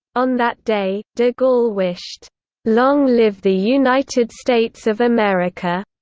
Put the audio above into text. on that day, de gaulle wished long live the united states of america.